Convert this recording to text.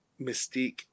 Mystique